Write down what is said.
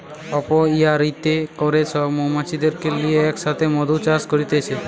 অপিয়ারীতে করে সব মৌমাছিদেরকে লিয়ে এক সাথে মধু চাষ করতিছে